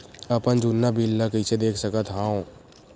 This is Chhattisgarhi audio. अपन जुन्ना बिल ला कइसे देख सकत हाव?